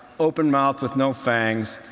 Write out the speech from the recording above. open mouth with no fangs,